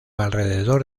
alrededor